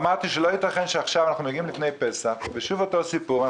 ואמרתי שלא ייתכן שעכשיו אנחנו מגיעים לפני פסח ושוב אותו סיפור,